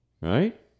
Right